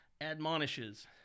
admonishes